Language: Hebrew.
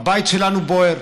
הבית שלנו בוער